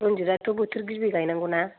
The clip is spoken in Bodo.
रनजित आथ' बोथोर गिबि गायनांगौ ना